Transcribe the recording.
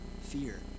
fear